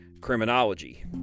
criminology